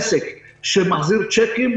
עסק שמחזיר צ'קים,